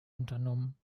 unternommen